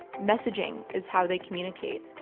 messaging is how they communicate.